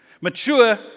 Mature